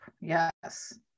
Yes